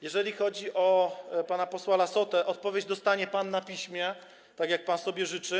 Jeżeli chodzi o pana posła Lassotę, odpowiedź dostanie pan na piśmie, tak jak pan sobie życzy.